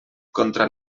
contra